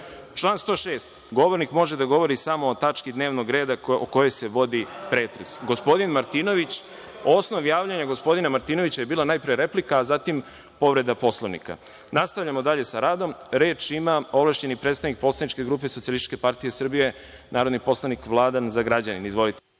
član 106 – govornik može da govori samo o tački dnevnog reda o kojoj se vodi pretres. Osnov javljanja gospodina Martinovića je bila najpre replika, a zatim povreda Poslovnika. Nastavljamo dalje sa radom. Reč ima ovlašćeni predstavnik poslaničke grupe SPS narodni poslanik Vladan Zagrađanin. Izvolite.